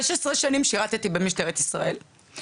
16 שנים שירתי במשטרת ישראל.